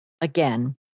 Again